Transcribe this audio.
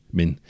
men